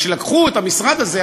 לקחו את המשרד הזה,